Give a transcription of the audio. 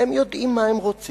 הם יודעים מה הם רוצים,